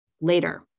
Later